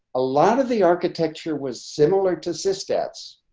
a lot of the architecture was similar to ces. that's